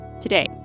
Today